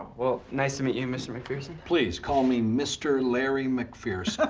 well nice to meet you, mr. mcpherson. please, call me mr. larry mcpherson.